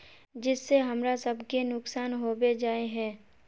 जिस से हमरा सब के नुकसान होबे जाय है?